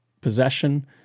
possession